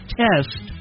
test